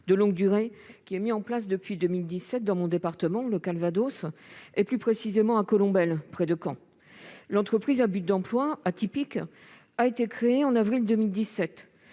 de longue durée » en cours depuis 2017 dans mon département, le Calvados, plus précisément à Colombelles, près de Caen. L'entreprise à but d'emploi, atypique, a été créée en avril 2017.